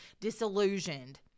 disillusioned